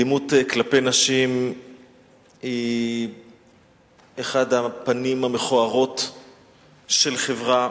אלימות כלפי הנשים היא אחת הפנים המכוערות של חברה,